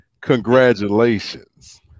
Congratulations